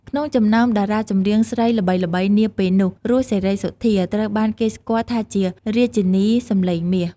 ក្នុងចំណោមតារាចម្រៀងស្រីល្បីៗនាពេលនោះ រស់ សេរីសុទ្ធា ត្រូវបានគេស្គាល់ថាជា រាជនីសម្លេងមាស ។